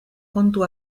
kontu